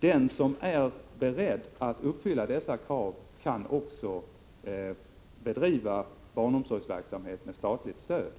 Den som är beredd att uppfylla dessa krav kan också bedriva barnomsorgsverksamhet med statligt stöd.